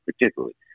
particularly